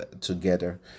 together